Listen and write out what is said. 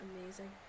amazing